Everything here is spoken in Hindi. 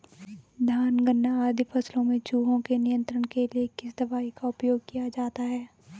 धान गन्ना आदि फसलों में चूहों के नियंत्रण के लिए किस दवाई का उपयोग किया जाता है?